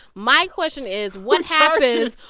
my question is, what happens.